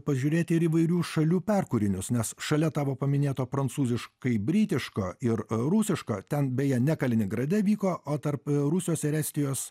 pažiūrėti ir įvairių šalių perkūrinius nes šalia tavo paminėto prancūziškai britiško ir rusiško ten beje ne kaliningrade vyko o tarp rusijos ir estijos